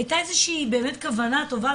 היתה איזה שהיא כוונה טובה,